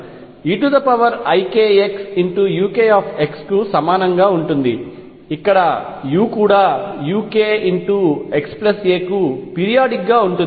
eikxuk కు సమానంగా ఉంటుంది ఇక్కడ u కూడా ukxa కు పీరియాడిక్ గా ఉంటుంది